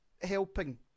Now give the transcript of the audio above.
helping